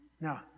Now